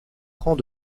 prend